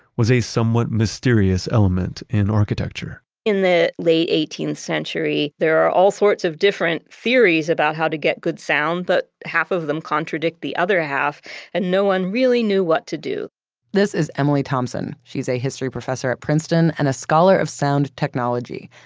was a somewhat mysterious element in architecture in the late eighteenth century, there are all sorts of different theories about how to get good sound, but half of them contradict the other half and no one really knew what to do this is emily thompson. she's a history professor at princeton and a scholar of sound technology.